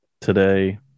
today